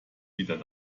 wieder